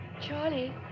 Charlie